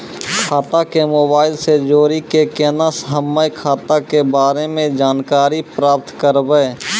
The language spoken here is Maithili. खाता के मोबाइल से जोड़ी के केना हम्मय खाता के बारे मे जानकारी प्राप्त करबे?